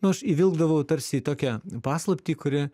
nu aš įvilkdavau tarsi į tokią paslaptį kuri